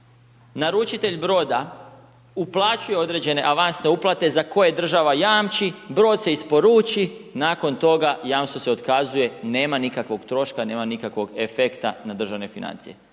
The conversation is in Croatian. Naručitelj broda uplaćuje određene avansne uplate za koje država jamči, brod se isporuči, nakon toga jamstvo se otkazuje, nema nikakvog troška, nema nikakvog efekta na državne financije.